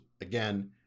again